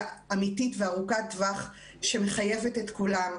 אמיתית וארוכת טווח שמחייבת את כולם,